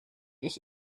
ich